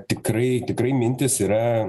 tikrai tikrai mintys yra